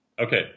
Okay